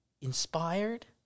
Inspired